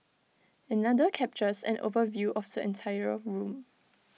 another captures an overview of the entire room